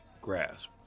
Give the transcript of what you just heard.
grasp